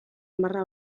marra